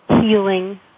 healing